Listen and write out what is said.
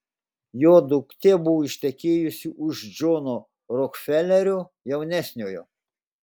jo duktė buvo ištekėjusi už džono rokfelerio jaunesniojo